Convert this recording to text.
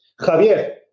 Javier